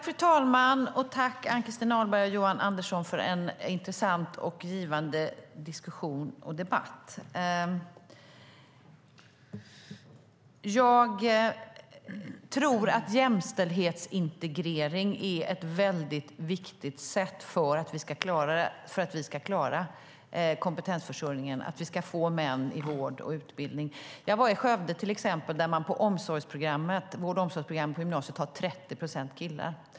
Fru talman! Jag tackar Ann-Christin Ahlberg och Johan Andersson för en intressant och givande diskussion och debatt. Jag tror att jämställdhetsintegrering är viktigt för att vi ska klara kompetensförsörjningen och få män i vård och utbildning. Jag besökte vård och omsorgsprogrammet i Skövde. Där har man 30 procent killar.